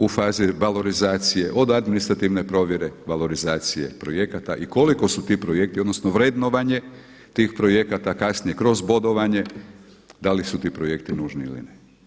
U fazi valorizacije od administrativne provjere, valorizacije projekata i koliko su ti projekti, odnosno vrednovanje tih projekata kasnije kroz bodovanje, da li su ti projekti nužni ili ne.